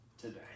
today